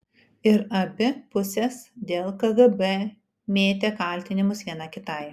ir abi pusės dėl kgb mėtė kaltinimus viena kitai